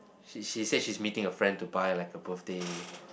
she she said she's meeting her friend to buy like a birthday